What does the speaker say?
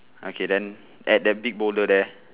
okay then at that big boulder there